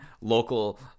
local